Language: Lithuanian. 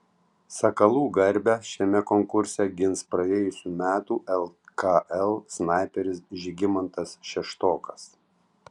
sakalų garbę šiame konkurse gins praėjusių metų lkl snaiperis žygimantas šeštokas